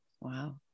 Wow